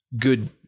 good